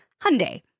Hyundai